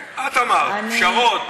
את אמרת: פשרות טובות.